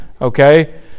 Okay